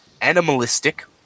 animalistic